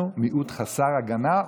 אנחנו מיעוט חסר הגנה,